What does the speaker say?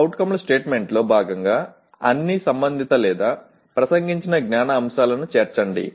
CO స్టేట్మెంట్లో భాగంగా అన్ని సంబంధిత లేదా ప్రసంగించిన జ్ఞాన అంశాలను చేర్చండి